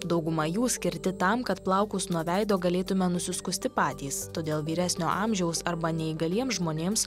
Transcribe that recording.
dauguma jų skirti tam kad plaukus nuo veido galėtume nusiskusti patys todėl vyresnio amžiaus arba neįgaliems žmonėms